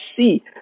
see